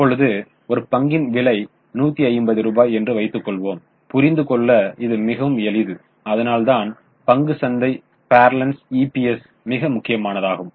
இப்பொழுது ஒரு பங்கின் விலை 150 ரூபாய் என்று வைத்துக் கொள்வோம் புரிந்து கொள்ள இது மிகவும் எளிது அதனால்தான் பங்குச் சந்தை பரலன்ஸ் இபிஎஸ் மிக முக்கியமானதாகும்